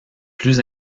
plus